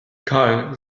karl